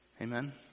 Amen